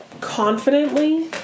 confidently